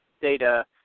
data